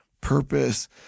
purpose